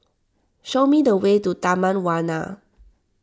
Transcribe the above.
show me the way to Taman Warna